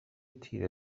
تیره